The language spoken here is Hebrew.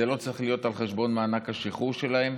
זה לא צריך להיות על חשבון מענק השחרור שלהם.